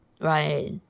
Right